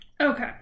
Okay